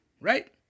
right